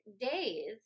days